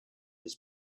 his